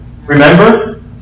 Remember